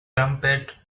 trumpet